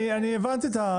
אני הבנתי את הנקודה.